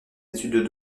études